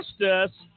justice